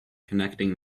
connecting